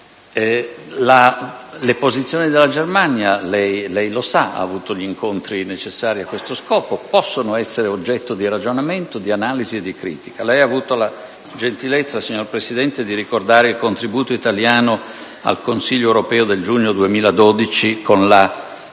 le posizioni della Germania - lei lo sa, ha avuto gli incontri necessari a questo scopo ‑ possono essere oggetto di ragionamento, di analisi e di critica. Lei ha avuto la gentilezza, signor Presidente, di ricordare il contributo italiano al Consiglio europeo del giugno 2012 con